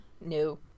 No